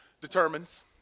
determines